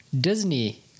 Disney